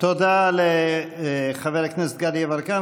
תודה לחבר הכנסת גדי יברקן.